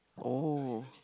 oh